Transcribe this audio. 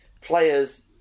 players